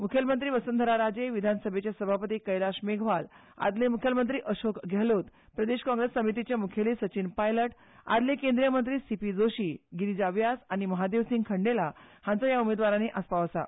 मुखेलमंत्री वसुंधरा राजे विधानसभेचे सभापती कैलाश मेघवाल आदले मुख्यमंत्री अशोक गेहलोत प्रदेश काँग्रेस समितीचे मुखेली सचीन पायलट आदले केंद्रीय मंत्री सीपी जोशी गिरीजा व्यास आनी महादेवसिंग खंडेला हांचो ह्या उमेदवारांनी आसपाव आसा